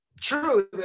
True